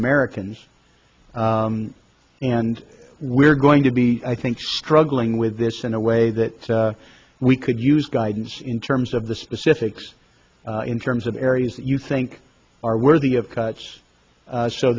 americans and we're going to be i think struggling with this in a way that we could use guidance in terms of the specifics in terms of areas that you think are worthy of cuts